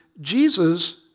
Jesus